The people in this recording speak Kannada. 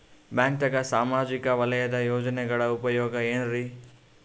ಬ್ಯಾಂಕ್ದಾಗ ಸಾಮಾಜಿಕ ವಲಯದ ಯೋಜನೆಗಳ ಉಪಯೋಗ ಏನ್ರೀ?